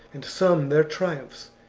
and some their triumphs,